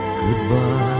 goodbye